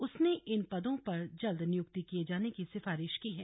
उसने इन पदों पर जल्द नियुक्ति किए जाने की सिफारिश की है